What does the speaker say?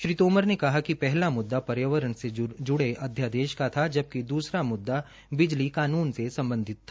श्री तोमर न कहा कि पहला मुद्दा पर्यावरण से जुड़े अध्यादेश का था जबकि दूसरा मुद्दा बिजली कानून से सम्बधित था